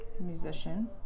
musician